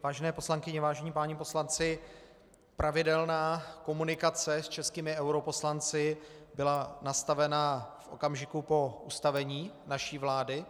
Vážené poslankyně, vážení páni poslanci, pravidelná komunikace s českými europoslanci byla nastavena v okamžiku po ustavení naší vlády.